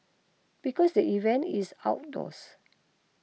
because the event is outdoors